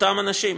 אותם אנשים.